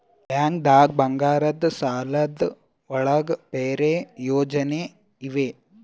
ಬ್ಯಾಂಕ್ದಾಗ ಬಂಗಾರದ್ ಸಾಲದ್ ಒಳಗ್ ಬೇರೆ ಯೋಜನೆ ಇವೆ?